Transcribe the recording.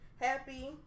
happy